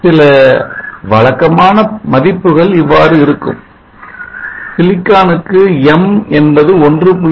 சில வழக்கமான மதிப்புகள் இவ்வாறு இருக்கும் சிலிக்கான் எக்கு m என்பது 1